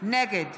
נגד